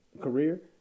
career